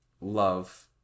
love